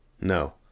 No